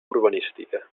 urbanística